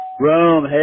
Rome